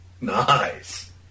Nice